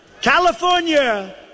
California